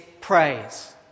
praise